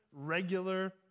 regular